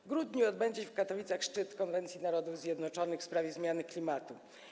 W grudniu odbędzie się w Katowicach szczyt konwencji Narodów Zjednoczonych w sprawie zmian klimatu.